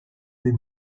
des